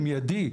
המיידי,